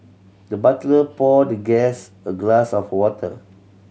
the butler poured the guest a glass of water